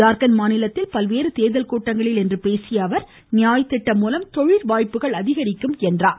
ஜார்க்கண்ட் மாநிலத்தில் இன்று பல்வேறு தேர்தல் கூட்டங்களில் பேசியஅவர் நியாய் திட்டம் மூலம் தொழில் வாய்ப்புகள் அதிகரிக்கும் என்றார்